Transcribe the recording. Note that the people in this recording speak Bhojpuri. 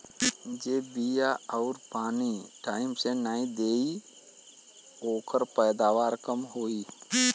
जे बिया आउर पानी टाइम से नाई देई ओकर पैदावार कम होई